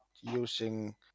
using